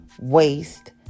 waste